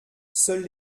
seuls